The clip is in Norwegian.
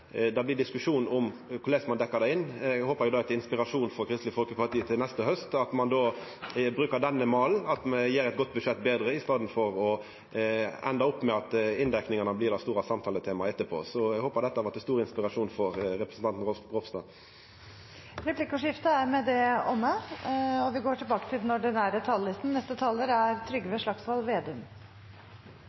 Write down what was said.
det blir diskusjonar om korleis ein dekkjer det inn. Eg håpar det er til inspirasjon for Kristeleg Folkeparti til neste haust, at ein då brukar denne malen – at me gjer eit godt budsjett betre i staden for å enda opp med at inndekningane blir det store samtaletemaet etterpå. Eg håpar dette var til stor inspirasjon for representanten Ropstad. Replikkordskiftet er omme. Det er noe fascinerende ved å høre på Fremskrittspartiets talsperson, som skal løfte fram at den store seieren i budsjettforhandlingene er at Fremskrittspartiet på Stortinget sammen med